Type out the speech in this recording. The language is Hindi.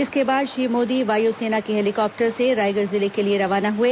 इसके बाद श्री मोदी वायुसेना के हेलीकॉप्टर से रायगढ़ जिले के लिए रवाना हुए